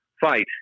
fight